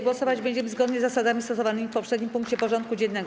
Głosować będziemy zgodnie z zasadami stosowanymi w poprzednim punkcie porządku dziennego.